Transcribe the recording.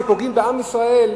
כשפוגעים בעם ישראל,